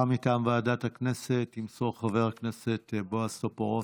הודעה מטעם ועדת הכנסת ימסור חבר הכנסת בועז טופורובסקי.